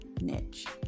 niche